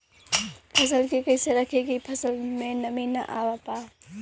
फसल के कैसे रखे की फसल में नमी ना आवा पाव?